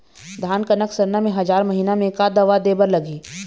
धान कनक सरना मे हजार महीना मे का दवा दे बर लगही?